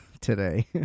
today